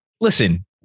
listen